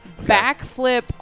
backflip